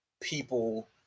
people